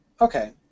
okay